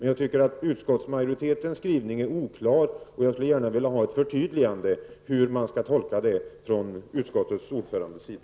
Jag tycker att utskottsmajoritetens skrivning är oklar, och jag skulle alltså gärna vilja ha ett förtydligande av utskottets ordförande -- hur man skall tolka detta.